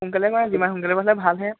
সোনকালে কৰা যিমান সোনকালে পালে ভালহে